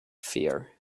fear